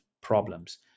problems